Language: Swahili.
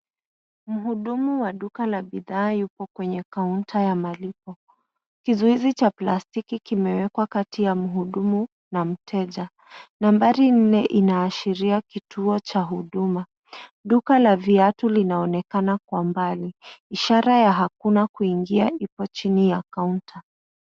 Mhudumu wa duka la bidhaa yupo kwenye kaunta ya malipo. Kizuizi cha plastiki kimewekwa kati ya mhudumu na mteja. Nambari nne inaashiria kituo cha huduma. Duka la viatu linaonekana kwa mbali. Ishara ya hakuna kuingia ipo chini ya kaunta.